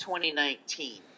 2019